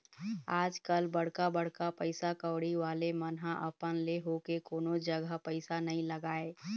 आजकल बड़का बड़का पइसा कउड़ी वाले मन ह अपन ले होके कोनो जघा पइसा नइ लगाय